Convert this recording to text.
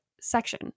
section